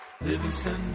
Livingston